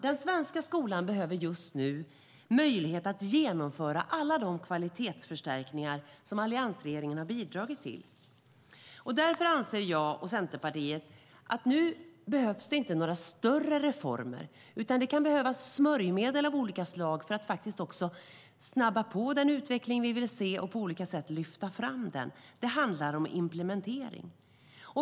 Den svenska skolan behöver just nu möjlighet att genomföra alla de kvalitetsförstärkningar som alliansregeringen har bidragit till. Därför anser jag och Centerpartiet att det inte behövs några större reformer nu. Det kan behövas smörjmedel av olika slag för att snabba på den utveckling vi vill se och på olika sätt lyfta fram. Det handlar om implementering.